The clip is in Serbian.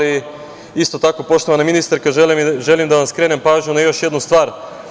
Isto tako poštovana ministarka želim da vam skrenem pažnju na još jednu stvar.